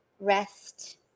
rest